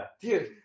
dude